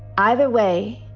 either way,